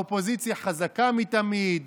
האופוזיציה חזקה מתמיד,